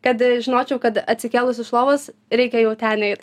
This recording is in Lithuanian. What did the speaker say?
kad žinočiau kad atsikėlus iš lovos reikia jau ten eit